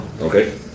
okay